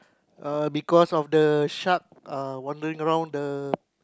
uh because of the shark uh wandering around the